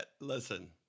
Listen